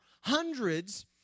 hundreds